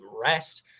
rest